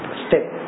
step